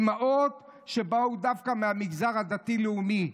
אימהות שבאו דווקא מהמגזר הדתי-לאומי.